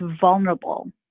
vulnerable